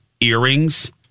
earrings